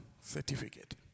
certificate